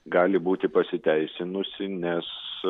gali būti pasiteisinusi nes